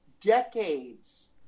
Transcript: decades